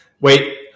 wait